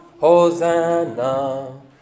Hosanna